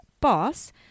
boss